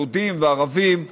יהודים וערבים,